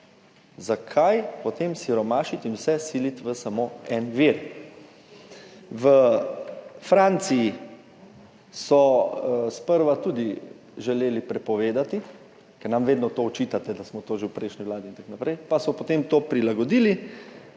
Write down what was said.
Zakaj potem siromašiti in vse siliti samo v en vir? V Franciji so sprva tudi želeli prepovedati, ker nam vedno to očitate, da smo to že v prejšnji vladi in tako naprej, pa so potem to prilagodili